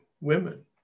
women